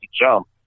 jump